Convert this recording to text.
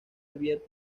abierta